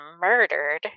murdered